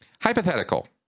Hypothetical